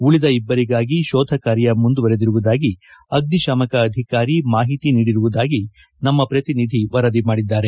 ಉಳಿದ ಇಬ್ಬರಿಗಾಗಿ ಶೋಧಕಾರ್ಯ ಮುಂದುವರೆದಿರುವುದಾಗಿ ಅಗ್ನಿಶಾಮಕ ಅಧಿಕಾರಿ ಮಾಹಿತಿ ನೀಡಿರುವುದಾಗಿ ನಮ್ಮ ಪ್ರತಿನಿಧಿ ವರದಿ ಮಾಡಿದ್ದಾರೆ